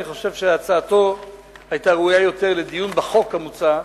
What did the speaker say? אני חושב שהצעתו היתה ראויה יותר לדיון בחוק המוצע,